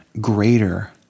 greater